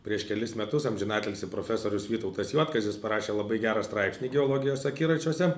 prieš kelis metus amžinatilsį profesorius vytautas juodkazis parašė labai gerą straipsnį geologijos akiračiuose